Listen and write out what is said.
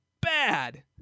bad